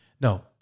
no